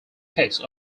case